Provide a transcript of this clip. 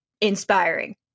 inspiring